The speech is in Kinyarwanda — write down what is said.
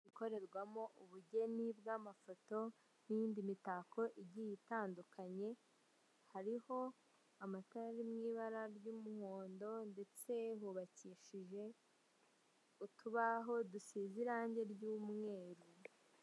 Inzu ikorerwamo ubugeni bw'amafoto n'indi mitako igiye itandukanye, hariho amatara ari mu ibara ry'umuhondo ndetse hubakishije utubaho dusize ibara ry'umweru.